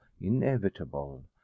inevitable